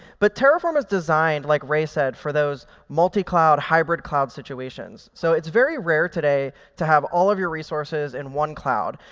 but terraform is designed, like rae said, for those multi-cloud hybrid-cloud situations. so it's very rare today to have all of your resources in one cloud,